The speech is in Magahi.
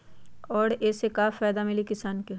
और ये से का फायदा मिली किसान के?